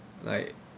like